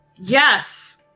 Yes